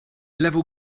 level